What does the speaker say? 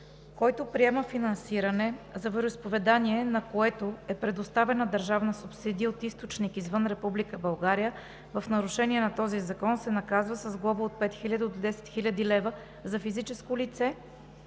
Който приема финансиране за вероизповедание, на което е предоставена държавна субсидия, от източник извън Република България в нарушение на този закон, се наказва с глоба от 5000 до 10 000 лева – за физическо лице,